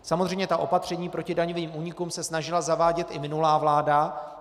Samozřejmě ta opatření proti daňovým únikům se snažila zavádět i minulá vláda.